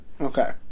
Okay